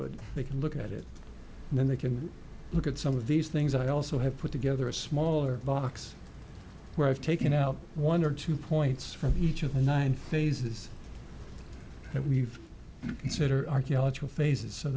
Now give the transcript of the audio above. but they can look at it and then they can look at some of these things i also have put together a smaller box where i've taken out one or two points from each of the nine phases that we've considered archaeological phases so